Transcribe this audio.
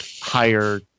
higher